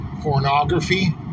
pornography